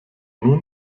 nun